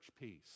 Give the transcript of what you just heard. peace